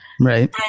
Right